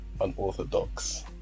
unorthodox